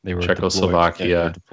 Czechoslovakia